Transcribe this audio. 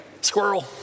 Squirrel